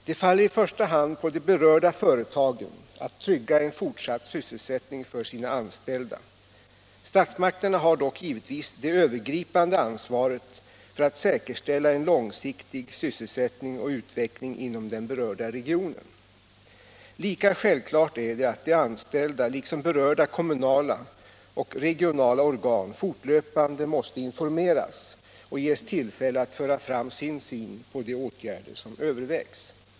Det faller i första hand på de berörda företagen att trygga en fortsatt sysselsättning för sina anställda. Statsmakterna har dock givetvis det övergripande ansvaret för att säkerställa en långsiktig sysselsättning och utveckling inom den berörda regionen. Lika självklart är det att de anställda liksom berörda kommunala och regionala organ fortlöpande måste informeras och ges tillfälle att föra fram sin syn på de åtgärder som övervägs.